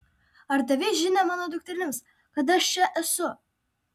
ar davei žinią mano dukterims kad aš čia esu